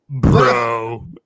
Bro